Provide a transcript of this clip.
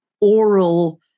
oral